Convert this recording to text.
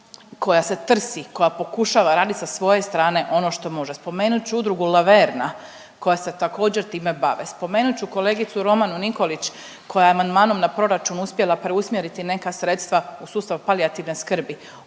koja se trsi, koja pokušava radit sa svoje strane ono što može. Spomenut ću Udrugu Laverna koja se također time bave. Spomenut ću kolegicu Romanu Nikolić koja je amandmanom na proračun uspjela preusmjeriti neka sredstva u sustav palijativne skrbi.